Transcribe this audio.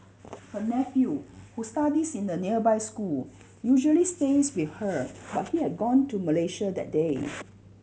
her nephew who studies in a nearby school usually stays with her but he had gone to Malaysia that day